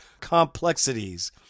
complexities